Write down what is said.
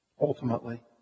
ultimately